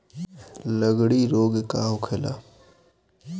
लगड़ी रोग का होखेला?